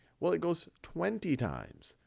well, it goes twenty times.